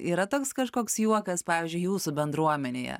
yra toks kažkoks juokas pavyzdžiui jūsų bendruomenėje